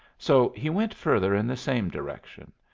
so he went further in the same direction.